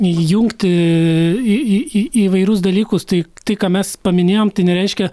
jungti į į į įvairius dalykus tai tai ką mes paminėjom tai nereiškia